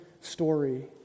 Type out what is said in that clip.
story